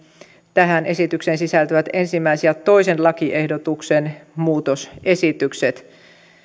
tähän esitykseen sisältyvät ensimmäinen ja toisen lakiehdotuksen muutosesitykset